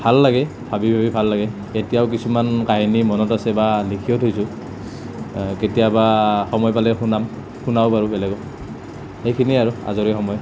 ভাল লাগে ভাবি ভাবি ভাল লাগে এতিয়াও কিছুমান কাহিনী মনত আছে বা লিখিও থৈছোঁ কেতিয়াবা সময় পালে শুনাম শুনাব পাৰোঁ বেলেগত সেইখিনিয়ে আৰু আজৰি সময়